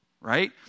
right